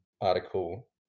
article